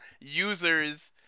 users